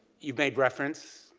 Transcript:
you made reference,